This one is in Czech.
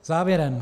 Závěrem.